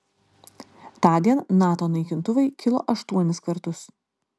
tądien nato naikintuvai kilo aštuonis kartus